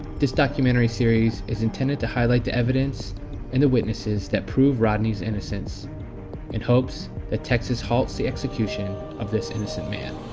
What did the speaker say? this documentary series is intended to highlight the evidence and the witnesses that prove rodney's innocence in hopes that texas halts the execution of this innocent man.